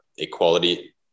equality